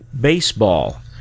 baseball